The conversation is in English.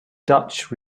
dutch